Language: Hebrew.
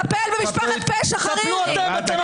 תתפטרי את לא